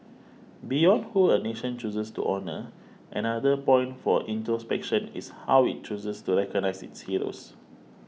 beyond who a nation chooses to honour another point for introspection is how it chooses to recognise its heroes